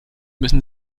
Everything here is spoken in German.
müssen